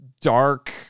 dark